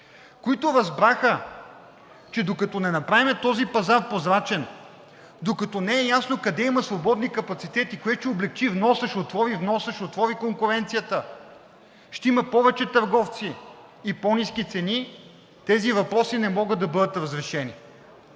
които разбраха, че докато не направим този пазар прозрачен, докато не е ясно къде има свободни капацитети, което ще облекчи вноса, ще отвори вноса, ще отвори конкуренцията, ще има повече търговци и по-ниски цени, тези въпроси не могат да бъдат разрешени.